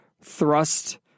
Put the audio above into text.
thrust